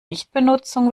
nichtbenutzung